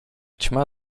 ćma